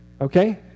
Okay